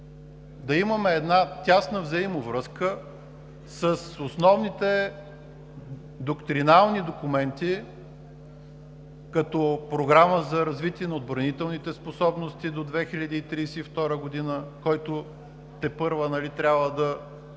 да имаме тясна взаимовръзка с основните доктринални документи, като Програма за развитие на отбранителните способности до 2032 г., които тепърва трябва да